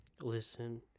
Listen